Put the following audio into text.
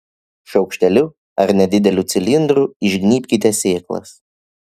šaukšteliu ar nedideliu cilindru išgnybkite sėklas